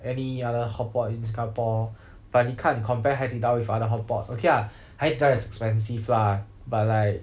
any other hotpot in singapore but 你看 compare 海底捞 with other hotpot okay lah 海底捞 is expensive lah but like